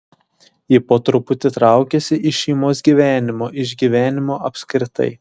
ji po truputį traukėsi iš šeimos gyvenimo iš gyvenimo apskritai